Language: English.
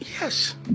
yes